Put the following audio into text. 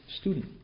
Student